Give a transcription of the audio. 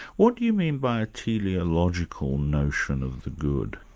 what do you mean by a teleological notion of the good?